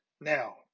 Now